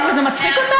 מצחיק אותנו.